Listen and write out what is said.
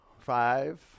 Five